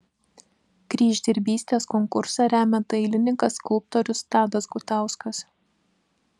kryždirbystės konkursą remia dailininkas skulptorius tadas gutauskas